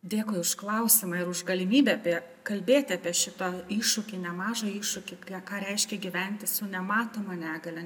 dėkui už klausimą ir už galimybę apie kalbėti apie šitą iššūkį nemažą iššūkį ką reiškia gyventi su nematoma negalia